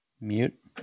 mute